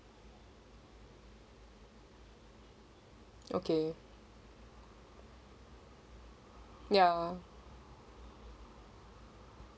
okay ya